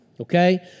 Okay